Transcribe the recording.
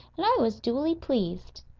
and i was duly pleased.